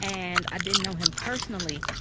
and i didn't know him personally.